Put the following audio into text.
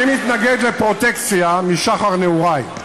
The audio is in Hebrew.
אני מתנגד לפרוטקציה משחר נעורי,